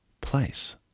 place